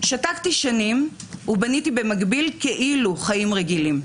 שתקתי שנים ובניתי במקביל כאילו חיים רגילים.